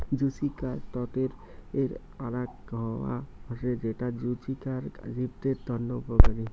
জুচিকার তটের আরাক হাওয়া হসে যেটা জুচিকার জীবদের তন্ন উপকারী